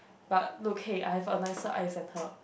but okay I have a nicer eyes than her